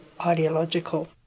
ideological